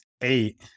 eight